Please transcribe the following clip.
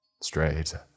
Straight